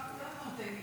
כמה אתה נותן לי?